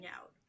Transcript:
out